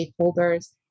stakeholders